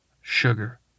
sugar